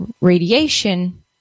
radiation